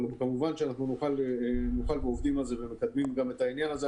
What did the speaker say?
כמובן אנחנו עובדים על זה ומקדמים גם את העניין הזה.